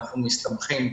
אנחנו מסתמכים,